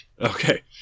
Okay